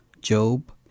Job